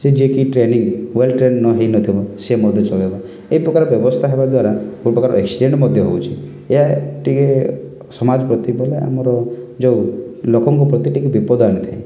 ଯେ ଯେ କି ଟ୍ରେନିଙ୍ଗ୍ ୱେଲ୍ଟ୍ରେନ୍ ନହେଇନଥିବ ସିଏ ମଧ୍ୟ ଚଳେଇବ ଏପ୍ରକାର ବ୍ୟବସ୍ଥା ହେବା ଦ୍ୱାରା ବହୁପ୍ରକାର ଏକ୍ସିଡ଼େଣ୍ଟ୍ ମଧ୍ୟ ହେଉଛି ଏହା ଟିକିଏ ସମାଜ ପ୍ରତି ବୋଲେ ଆମର ଯେଉଁ ଲୋକଙ୍କ ପ୍ରତି ଟିକେ ବିପଦ ଆଣିଦିଏ